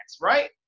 right